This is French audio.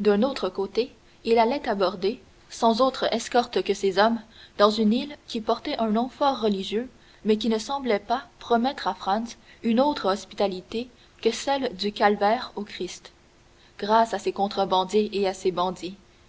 d'un autre côté il allait aborder sans autre escorte que ces hommes dans une île qui portait un nom fort religieux mais qui ne semblait pas promettre à franz une autre hospitalité que celle du calvaire au christ grâce à ses contrebandiers et à ses bandits